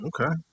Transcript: Okay